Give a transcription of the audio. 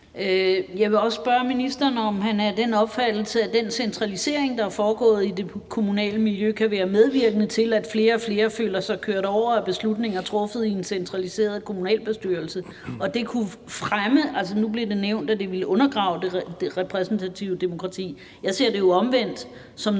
Jeg vil også spørge ministeren, om han er af den opfattelse, at den centralisering, der er foregået i det kommunale miljø, kan være medvirkende til, at flere og flere føler sig kørt over af beslutninger truffet i en centraliseret kommunalbestyrelse. Nu blev det nævnt, at det ville undergrave det repræsentative demokrati, men jeg ser det jo omvendt som noget,